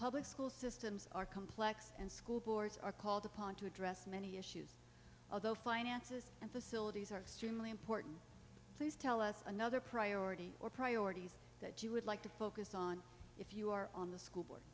public school systems are complex and school boards are called upon to address many issues although finances and facilities are extremely important please tell us another priority or priorities that you would like to focus on if you are on the school board